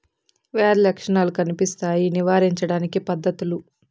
వ్యాధి లక్షణాలు కనిపిస్తాయి నివారించడానికి పద్ధతులు?